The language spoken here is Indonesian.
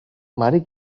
mari